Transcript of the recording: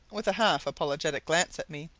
with a half-apologetic glance at me,